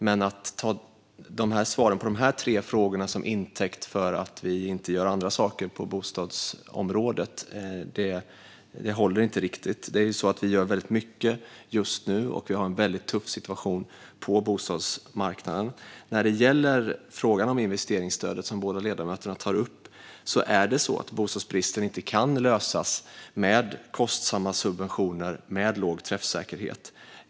Men att ta svaren på dessa tre frågor till intäkt för att vi inte gör andra saker på bostadsområdet håller inte riktigt. Vi gör väldigt mycket just nu, och vi har en väldigt tuff situation på bostadsmarknaden. När det gäller frågan om investeringsstödet, som båda ledamöterna tar upp, kan bostadsbristen inte lösas med kostsamma subventioner med låg träffsäkerhet.